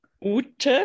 Ute